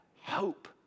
hope